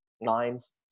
lines